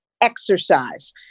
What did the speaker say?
exercise